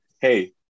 hey